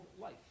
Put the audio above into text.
life